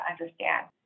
understand